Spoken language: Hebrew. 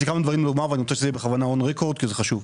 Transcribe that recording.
יש לי כמה דברים לומר ואני רוצה שזה יהיה בכוונה on record כי זה חשוב.